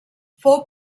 fou